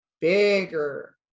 bigger